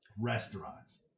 restaurants